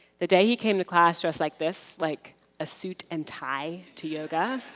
the day he came to class dressed like this, like a suit and tie to yoga,